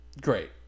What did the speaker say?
Great